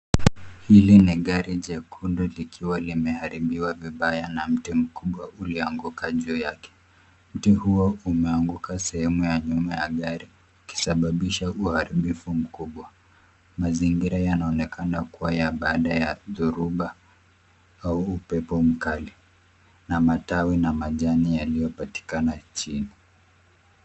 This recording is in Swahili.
Hili ni gari jekundu likiwa limeharibiwa vibaya na miti mkubwa ulioanguka juu yake ,mti huo umeanguka sehemu ya nyuma ya gari kusababisha uharibifu mkubwa ,mazingira yanaonekana kuwa ya baada ya dhoruba au upepo mkali na matawi na majani yaliyopatikana nchini.